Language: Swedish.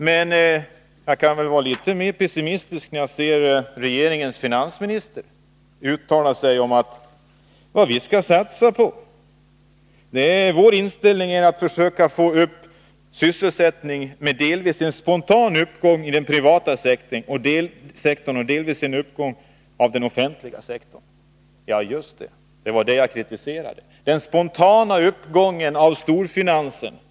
Men jag blir litet mer pessimistisk när jag hör regeringens finansminister uttala vad regeringen skall satsa på, att regeringens inställning är att försöka få upp sysselsättningen delvis genom en spontan uppgång i den privata sektorn, delvis genom en uppgång av den offentliga sektorn. Ja, just det. Det var detta jag kritiserade, den spontana uppgången av storfinansen.